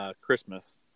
Christmas